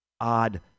odd